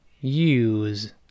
use